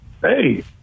hey